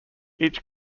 each